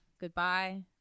Goodbye